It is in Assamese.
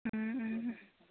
ও ও ও